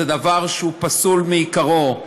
זה דבר שהוא פסול מעיקרו.